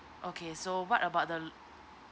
okay so what about the